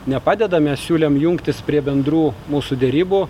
nepadeda mes siūlėm jungtis prie bendrų mūsų derybų